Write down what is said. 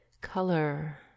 color